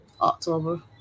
October